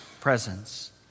presence